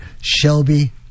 Shelby